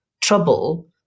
trouble